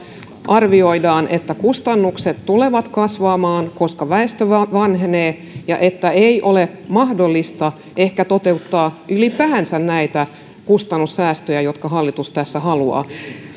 arvioidaan että kustannukset tulevat kasvamaan koska väestö vanhenee ja että ei ole mahdollista ehkä toteuttaa ylipäänsä näitä kustannussäästöjä jotka hallitus tässä haluaa